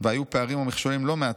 והיו פערים ומכשולים לא מעטים,